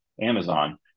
Amazon